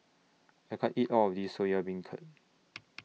I can't eat All of This Soya Beancurd